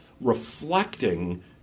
reflecting